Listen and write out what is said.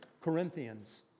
Corinthians